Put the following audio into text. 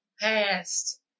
past